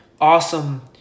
awesome